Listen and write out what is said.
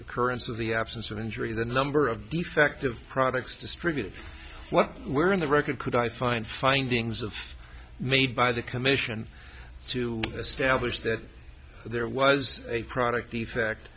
occurrence of the absence of injury the number of defective products distributed where in the record could i find findings of made by the commission to establish that there was a product defect